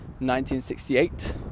1968